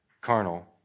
carnal